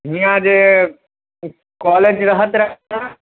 हियाँ जे कॉलेज रहत रहै ने